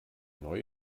neue